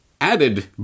added